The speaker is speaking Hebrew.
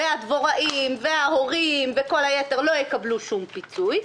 ואז הדבוראים וההורים וכל היתר לא יקבלו שום פיצוי,